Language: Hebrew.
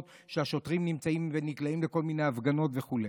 כשהשוטרים נמצאים ונקלעים לכל מיני הפגנות וכו'.